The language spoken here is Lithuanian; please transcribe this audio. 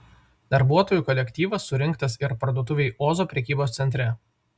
darbuotojų kolektyvas surinktas ir parduotuvei ozo prekybos centre